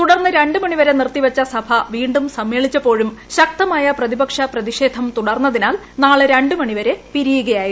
തുടർന്ന് രണ്ട് മണിവരെ നിർത്തി വച്ച സഭ വീണ്ടും സമ്മേളിച്ചപ്പോഴും ശക്തമായ പ്രതിപക്ഷ പ്രതിഷേധം തുടർന്നതിനാൽ നാളെ രണ്ട് മണിവരെ പിരിയുകയായിരുന്നു